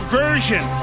version